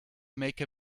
make